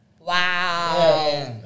Wow